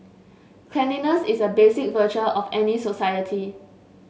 cleanliness is a basic virtue of any society